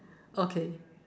okay